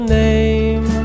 name